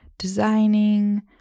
designing